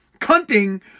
cunting